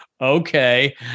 Okay